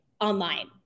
online